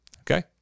okay